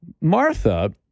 Martha